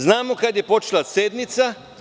Znamo kad je počela sednica.